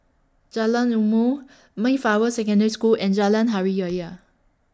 Jalan Ilmu Mayflower Secondary School and Jalan Hari Ya Ya